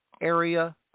area